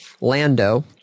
Lando